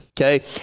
okay